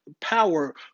power